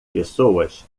pessoas